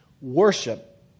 worship